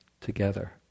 together